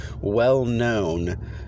well-known